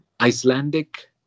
Icelandic